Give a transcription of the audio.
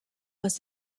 was